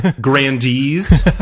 grandees